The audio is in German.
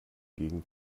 gegen